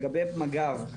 לגבי מג"ב,